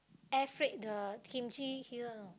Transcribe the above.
air freight the kimchi here you know